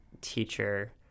teacher